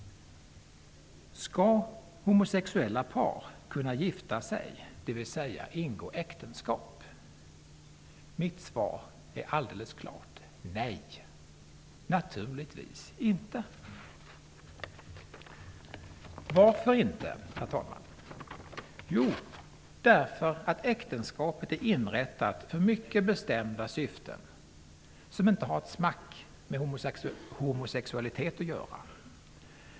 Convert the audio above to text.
Skall homosexuella par kunna gifta sig, dvs. ingå äktenskap? Mitt svar är alldeles klart: Nej, naturligtvis inte. Varför inte det? Jo, därför att äktenskapet är inrättat för mycket bestämda styften, som inte har ett smack med homosexualitet att göra.